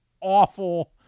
awful